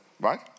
right